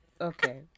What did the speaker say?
okay